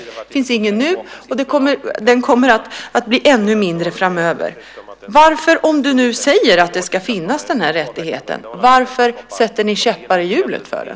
Det finns ingen nu, och den kommer att bli, om möjligt, ännu mindre framöver. Om du nu menar att den rättigheten ska finnas, varför sätter ni käppar i hjulet för den?